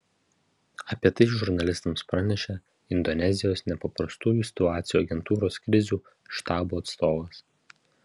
apie tai žurnalistams pranešė indonezijos nepaprastųjų situacijų agentūros krizių štabo atstovas